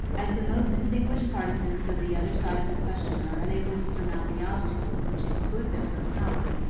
as the most distinguished partisans of the other side of the question are unable to surmount the obstacles which exclude them from power,